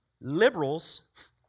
Liberals